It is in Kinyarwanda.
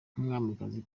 nk’umwamikazi